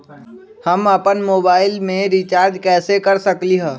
हम अपन मोबाइल में रिचार्ज कैसे कर सकली ह?